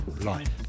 life